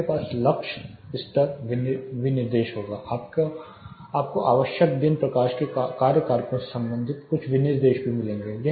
आपके पास लक्स स्तर विनिर्देश होगा आपको आवश्यक दिन प्रकाश के कार्य कारकों से संबंधित कुछ विनिर्देश भी मिलेंगे